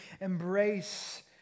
embrace